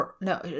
No